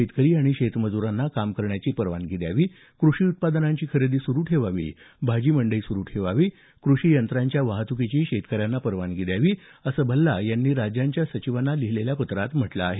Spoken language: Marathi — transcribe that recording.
शेतकरी आणि शेतमज्रांना काम करण्याची परवानगी द्यावी कृषी उत्पादनांची खरेदी सुरु ठेवावी भाजी मंडई सुरु ठेवावी कृषी यंत्राच्या वाहतुकीची शेतकऱ्यांना परवानगी द्यावी असं भल्ला यांनी राज्यांच्या सचिवांना लिहिलेल्या पत्रात म्हटलं आहे